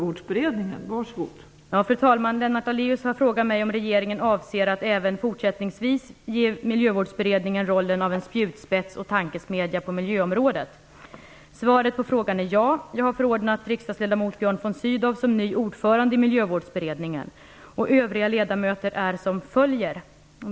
Fru talman! Lennart Daléus har frågat mig om regeringen avser att även fortsättningsvis ge Miljövårdsberedningen rollen av en spjutspets och tankesmedja på miljöområdet. Svaret på frågan är ja. Jag har förordnat riksdagsledamot Björn von Sydow som ny ordförande i Miljövårdsberedningen.